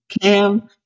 Cam